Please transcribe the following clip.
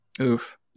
Oof